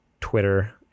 Twitter